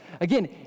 Again